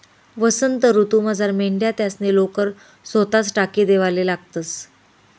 वसंत ऋतूमझार मेंढ्या त्यासनी लोकर सोताच टाकी देवाले लागतंस